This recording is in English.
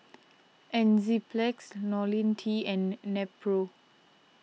Enzyplex Lonil T and Nepro